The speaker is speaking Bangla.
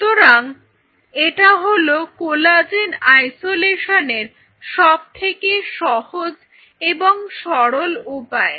সুতরাং এটা হল কোলাজেন আইসোলেশন এর সবথেকে সহজ এবং সরল উপায়